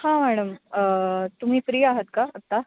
हां मॅडम तुम्ही फ्री आहात का आत्ता